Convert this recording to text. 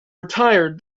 retired